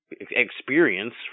experience